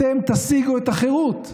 אתם תשיגו את החירות אחריי.